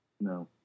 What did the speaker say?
no